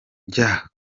rya